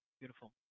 Beautiful